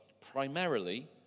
primarily